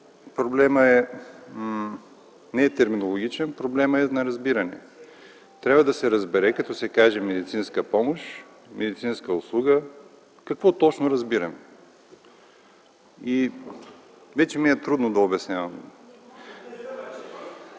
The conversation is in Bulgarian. проблемът не е терминологичен. Проблемът е на разбиране – трябва да се разбере като се каже „медицинска помощ”, „медицинска услуга”, какво точно разбираме. Вече ми е трудно да обяснявам.